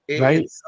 Right